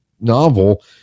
novel